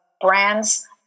brands